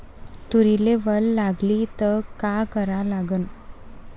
तुरीले वल लागली त का करा लागन?